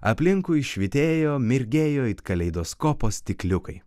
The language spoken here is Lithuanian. aplinkui švytėjo mirgėjo it kaleidoskopo stikliukai